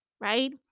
right